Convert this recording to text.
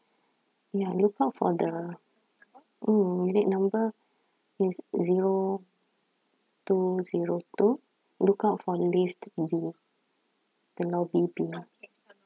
ya look out for the oh unit number is zero two zero two look out for the lift B the lobby B